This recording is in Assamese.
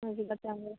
মেজিকত যামগৈ